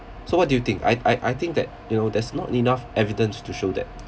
so what do you think I I I think that you know there's not enough evidence to show that